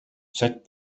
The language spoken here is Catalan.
set